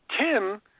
Tim